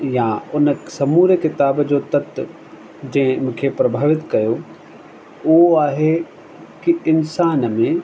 यां उन समूरे किताब जो तत्व जंहिं मूंखे प्रभावित कयो उहो आहे की इंसान में